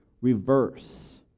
reverse